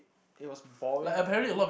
it was boring